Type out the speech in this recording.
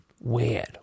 weird